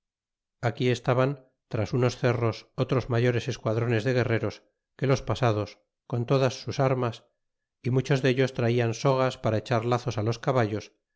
aquí estaban tras unos cerros otros mayores esquadrones de guerreros que los pasados con todas sus armas y muchos dellos traian sogas para echar lazos á los caballos